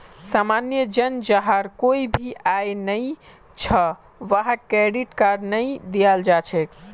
सामान्य जन जहार कोई भी आय नइ छ वहाक क्रेडिट कार्ड नइ दियाल जा छेक